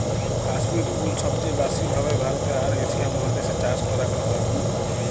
কাশ্মির উল সবচে ব্যাসি ভাবে ভারতে আর এশিয়া মহাদেশ এ চাষ করাক হয়ক